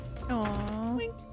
Aww